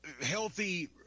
healthy